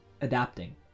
adapting